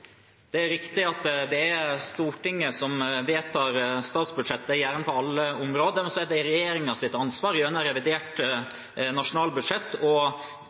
Det er riktig at det er Stortinget som vedtar statsbudsjettet på alle områder, men det er regjeringens ansvar gjennom revidert nasjonalbudsjett